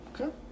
Okay